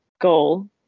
goal